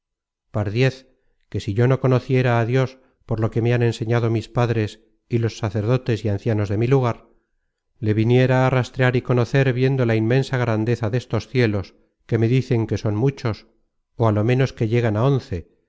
señor pardiez que si yo no conociera á dios por lo que me han enseñado mis padres y los sacerdotes y ancianos de mi lugar le viniera á rastrear y conocer viendo la inmensa grandeza destos cielos que me dicen que son muchos ó á lo menos que llegan á once